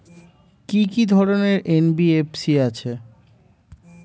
কি কি ধরনের এন.বি.এফ.সি আছে?